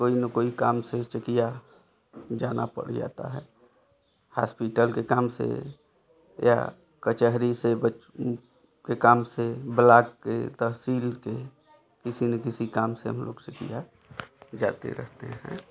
कोई न कोई काम से चेकिया जाना पड़ जाता है हॉस्पिटल के काम से या कचहरी से के काम से ब्लॉक के तहसील के किसी न किसी काम से हम लोग चेकिया जाते रहते हैं